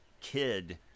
kid